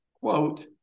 quote